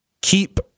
keep